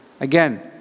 Again